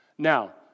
Now